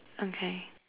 okay